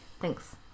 Thanks